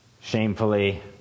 shamefully